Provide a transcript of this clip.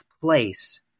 place